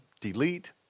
delete